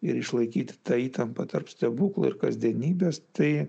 ir išlaikyti tą įtampą tarp stebuklo ir kasdienybės tai